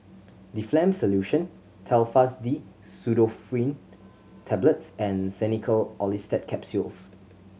Difflam Solution Telfast D Pseudoephrine Tablets and Xenical Orlistat Capsules